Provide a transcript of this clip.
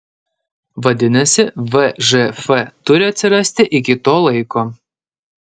vadinasi vžf turi atsirasti iki to laiko